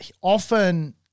often